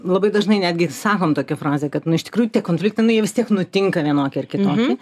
labai dažnai netgi sakom tokią frazę kad nu iš tikrųjų tie konfliktai jie vis tiek nutinka vienokie ar kitokie